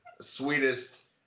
sweetest